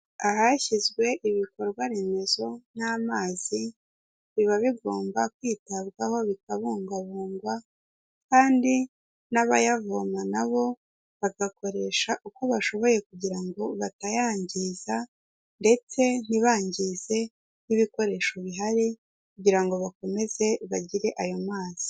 Ahashyizwe ibikorwa remezo nk'amazi, biba bigomba kwitabwaho bikabungwabungwa kandi n'abayavoma na bo bagakoresha uko bashoboye kugira ngo batayangiza ndetse ntibangize n'ibikoresho bihari kugira ngo bakomeze bagire ayo mazi.